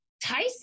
Tyson